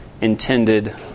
intended